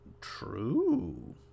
True